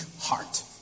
heart